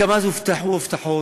גם אז הובטחו הבטחות,